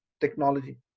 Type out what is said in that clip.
technology